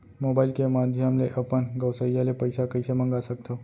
Mobile के माधयम ले अपन गोसैय्या ले पइसा कइसे मंगा सकथव?